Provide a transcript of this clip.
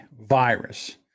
virus